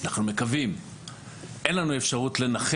אני לא יודע כרגע לגבי המתווה,